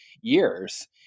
years